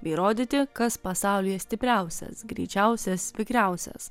bei rodyti kas pasaulyje stipriausias greičiausias vikriausias